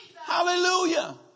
Hallelujah